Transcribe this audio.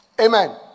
Amen